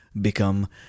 become